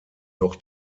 noch